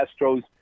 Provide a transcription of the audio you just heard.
Astros